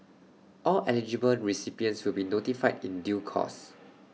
all eligible recipients will be notified in due course